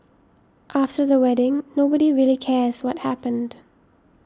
after the wedding nobody really cares what happened